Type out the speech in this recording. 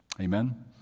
Amen